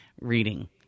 reading